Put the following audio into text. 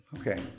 okay